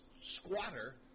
squatter